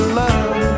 love